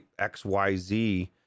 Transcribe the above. xyz